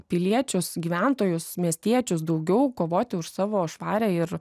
piliečius gyventojus miestiečius daugiau kovoti už savo švarią ir